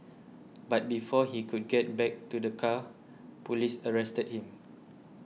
but before he could get back to the car police arrested him